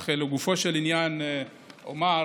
אך לגופו של עניין אומר,